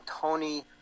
Tony